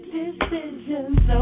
decisions